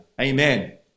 Amen